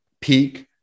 peak